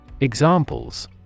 Examples